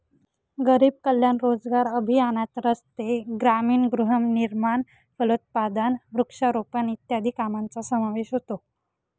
गरीब कल्याण रोजगार अभियानात रस्ते, ग्रामीण गृहनिर्माण, फलोत्पादन, वृक्षारोपण इत्यादी कामांचा समावेश होतो